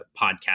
podcast